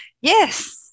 Yes